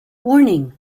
warning